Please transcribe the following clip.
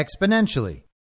exponentially